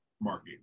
market